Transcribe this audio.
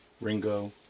Ringo